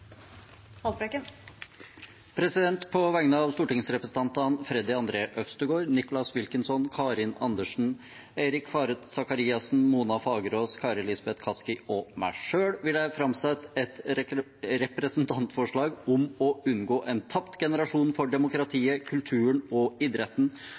På vegne av stortingsrepresentantene Freddy André Øvstegård, Nicholas Wilkinson, Karin Andersen, Eirik Faret Sakariassen, Mona Fagerås, Kari Elisabeth Kaski og meg selv vil jeg framsette et representantforslag om å unngå en tapt generasjon for